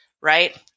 right